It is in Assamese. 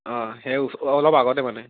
অঁ সেই ও অলপ আগতে মানে